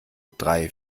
drei